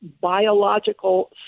biological